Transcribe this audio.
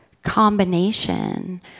Combination